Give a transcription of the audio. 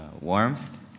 warmth